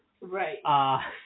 Right